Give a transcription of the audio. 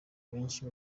benshi